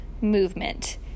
movement